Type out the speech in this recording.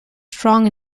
strong